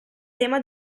tema